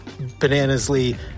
bananasly